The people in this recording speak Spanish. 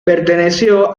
perteneció